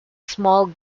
small